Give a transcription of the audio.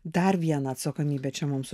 dar vieną atsakomybę čia mums